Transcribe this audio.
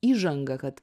įžangą kad